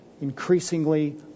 increasingly